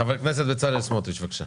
חבר הכנסת בצלאל סמוטריץ' בבקשה.